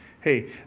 Hey